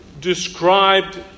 described